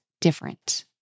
different